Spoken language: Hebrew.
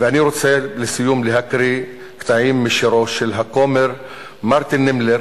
ואני רוצה לסיום להקריא קטעים משירו של הכומר מרטין נימלר,